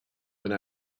when